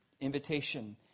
invitation